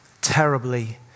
Terribly